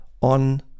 on